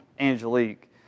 Angelique